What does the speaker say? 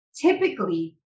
typically